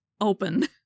open